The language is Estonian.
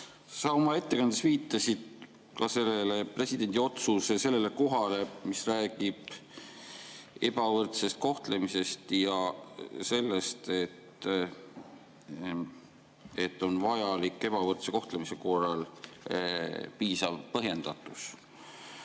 Sa oma ettekandes viitasid presidendi otsuse sellele kohale, mis räägib ebavõrdsest kohtlemisest ja sellest, et on vajalik ebavõrdse kohtlemise korral piisav põhjendatus.